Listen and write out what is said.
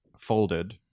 folded